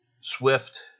swift